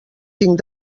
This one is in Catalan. tinc